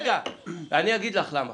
אני אגיד לך למה